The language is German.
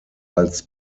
als